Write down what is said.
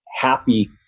happy